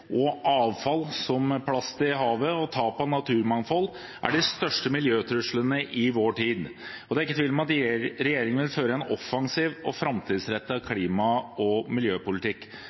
og avfall, som plast i havet, og tap av naturmangfold er de største miljøtruslene i vår tid. Det er ikke tvil om at regjeringen vil føre en offensiv og framtidsrettet klima- og miljøpolitikk.